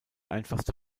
einfachste